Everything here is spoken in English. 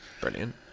Brilliant